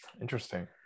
Interesting